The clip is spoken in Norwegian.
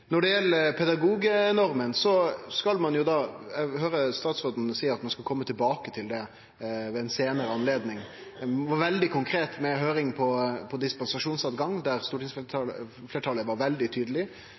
Når det gjeld pedagognorma, høyrer eg statsråden seie at ein skal kome tilbake til det ved ei seinare anledning. Ein var veldig konkret når det galdt høyring om dispensasjonsåtgangen, der